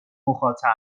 مخاطب